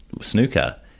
snooker